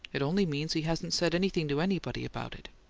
it only means he hasn't said anything to anybody about it.